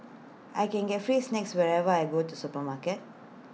I can get free snacks whenever why go to supermarket